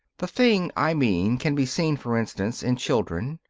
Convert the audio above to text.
the thing i mean can be seen, for instance, in children,